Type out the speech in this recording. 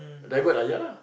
divert ah ya lah